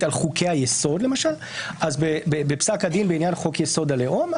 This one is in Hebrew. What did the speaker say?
על חוקי היסוד בפסק הדין בעניין חוק יסוד: הלאום,